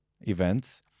events